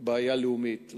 בעיה לאומית,